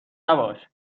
نباش